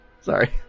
Sorry